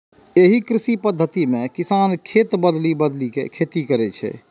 एहि कृषि पद्धति मे किसान खेत बदलि बदलि के खेती करै छै